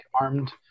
armed